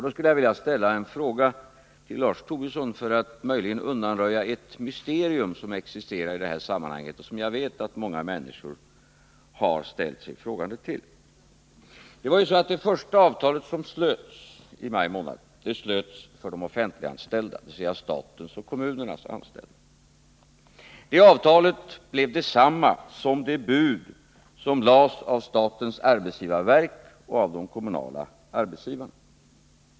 Då skulle jag vilja ställa en fråga till Lars Tobisson för att möjligen undanröja ett mysterium som existerar i detta sammanhang och som vi vet att många människor ställer sig frågande inför. Det första avtal som slöts i maj månad avsåg de offentliganställda, dvs. statens och kommunernas anställda. Det avtalet blev detsamma som det bud som framlades av statens arbetsgivarverk och av de kommunala arbetsgivarna.